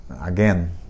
again